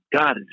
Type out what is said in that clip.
god